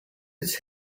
its